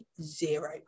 zero